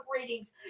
readings